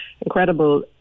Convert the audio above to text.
incredible